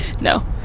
No